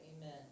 Amen